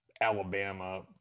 Alabama